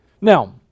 now